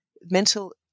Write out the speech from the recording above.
mental